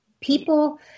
people